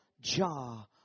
jar